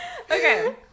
Okay